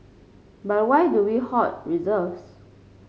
but why do we hoard reserves